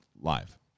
live